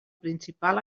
principal